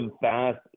fast